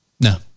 No